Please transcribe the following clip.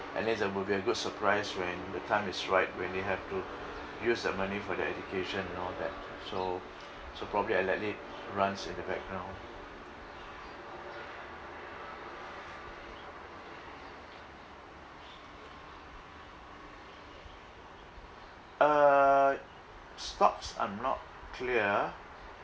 and this uh will be a good surprise when the time is right when they have to use that money for their education and all that so so probably I let it runs in the background uh stocks I'm not clear